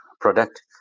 product